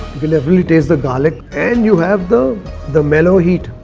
you can definitely taste the garlic and you have the the mellow heat.